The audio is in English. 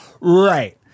right